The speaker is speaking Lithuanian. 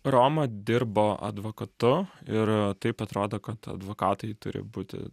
roma dirbo advokatu ir taip atrodo kad advokatai turi būti